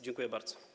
Dziękuję bardzo.